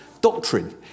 doctrine